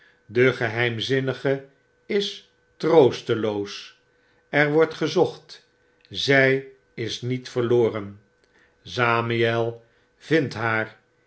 de geheimzinnige is troosteloos er wordt gezocht zjj is niet verloren zamiel vindt haar